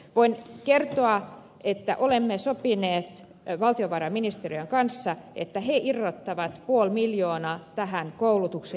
voin kertoa että olemme sopineet valtiovarainministeriön kanssa että he irrottavat puoli miljoonaa tähän koulutukseen